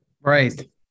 Right